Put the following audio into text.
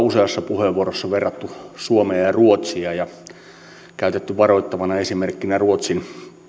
useassa puheenvuorossa verrattu suomea ja ruotsia ja käytetty varoittavana esimerkkinä ruotsin